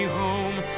home